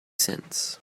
sense